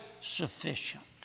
sufficient